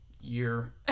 year